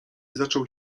zaczął